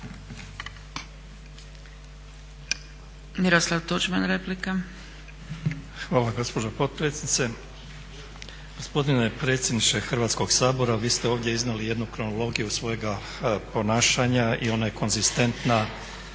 Miroslav (HDZ)** Hvala gospođo potpredsjednice. Gospodine predsjedniče Hrvatskog sabora vi ste ovdje iznijeli jednu kronologiju svojega ponašanja i ona je konzistentna